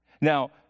Now